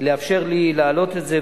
לאפשר לי להעלות את זה.